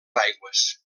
aigües